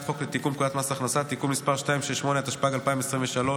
חוק לתיקון פקודת מס הכנסה (תיקון מס' 268),